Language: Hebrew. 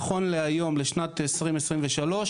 נכון להיום לשנת 2023,